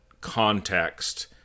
context